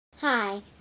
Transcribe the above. Hi